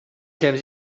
times